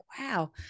wow